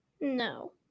No